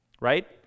right